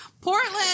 Portland